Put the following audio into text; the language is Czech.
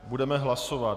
Budeme hlasovat.